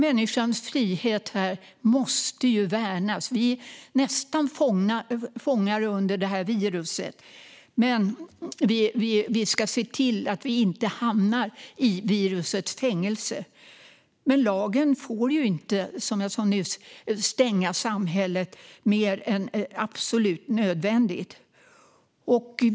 Människans frihet måste värnas. Vi är nästan fångar under viruset, men vi ska se till att vi inte hamnar i virusets fängelse. Som jag sa nyss får lagen inte stänga samhället mer än absolut nödvändigt.